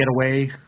getaway